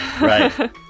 Right